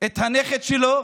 את הנכד שלו